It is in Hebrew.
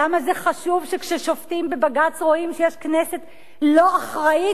למה זה חשוב שכששופטים בבג"ץ רואים שיש כנסת לא אחראית,